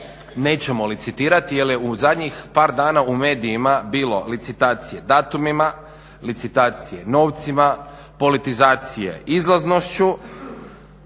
nećemo licitirati jer je u zadnjih par dana u medijima bilo licitacije datumima, licitacije novcima, politizacije izlaznošću.